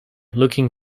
looking